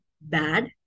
bad